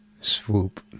Swoop